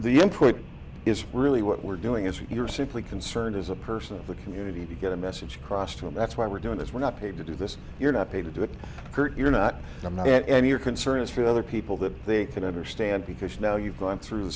the input is really what we're doing is you're simply concerned as a person of the community to get a message across to them that's why we're doing this we're not paid to do this you're not paid to do it you're not i'm not and your concern is for other people that they can understand because now you've gone through